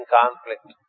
conflict